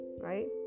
right